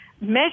measure